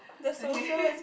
okay